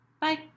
Bye